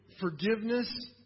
forgiveness